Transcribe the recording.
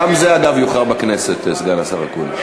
גם זה, אגב, יוכרע בכנסת, סגן השר אקוניס.